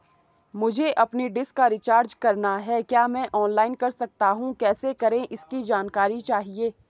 मुझे अपनी डिश का रिचार्ज करना है क्या मैं ऑनलाइन कर सकता हूँ कैसे करें इसकी जानकारी चाहिए?